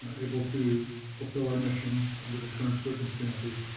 ah able to fulfill our mission under the current circumstances,